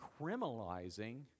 criminalizing